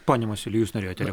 pone masiuli jūs norėjote